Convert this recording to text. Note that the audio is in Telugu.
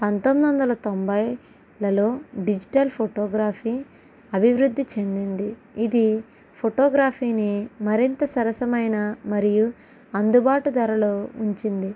పంతొమ్మిది వందల తొంభైలలో డిజిటల్ ఫోటోగ్రాఫీ అభివృద్ధి చెందింది ఇది ఫోటోగ్రాఫీని మరింత సరసమైన మరియు అందుబాటు ధరలో ఉంచింది